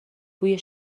بوی